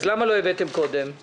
אז למה לא הבאתם קודם?